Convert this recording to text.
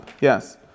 Yes